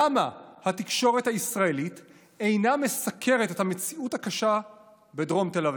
למה התקשורת הישראלית אינה מסקרת את המציאות הקשה בדרום תל אביב?